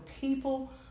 people